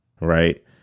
right